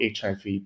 HIV